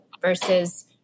versus